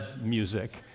music